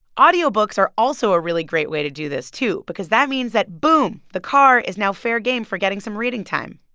audiobooks are also a really great way to do this, too, because that means that boom the car is now fair game for getting some reading time.